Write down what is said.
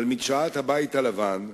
על מדשאת הבית הלבן,